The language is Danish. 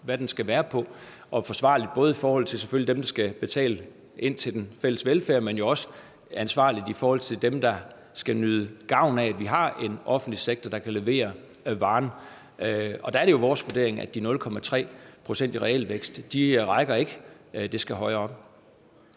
hvad den skal være på – selvfølgelig forsvarligt i forhold til dem, der skal betale ind til den fælles velfærd, men jo også ansvarligt i forhold til dem, der skal nyde gavn af, at vi har en offentlig sektor, der kan levere varen. Og der er det jo vores vurdering, at de 0,3 pct. i realvækst ikke rækker, altså at det skal højere op.